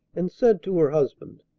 and said to her husband